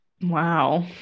Wow